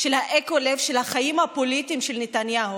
של האקו לב של החיים הפוליטיים של נתניהו,